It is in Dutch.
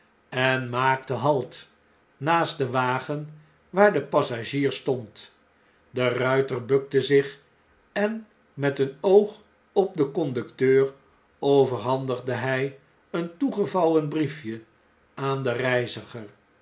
eft maakte halt naast den wagen waar de passagier stond de ruiter bukte zich en met ejfn oog op den conducteur overhandigde hi een toegevouwen briefje aan den reiziger